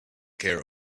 care